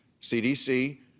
CDC